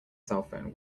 cellphone